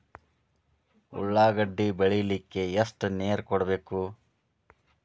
ಉಳ್ಳಾಗಡ್ಡಿ ಬೆಳಿಲಿಕ್ಕೆ ಎಷ್ಟು ನೇರ ಕೊಡಬೇಕು?